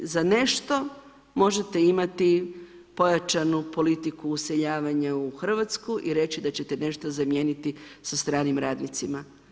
Za nešto možete imati pojačanu politiku useljavanja u Hrvatsku i reći da ćete nešto zamijeniti sa stranim radnicima.